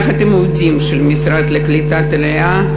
יחד עם העובדים של המשרד לקליטת העלייה,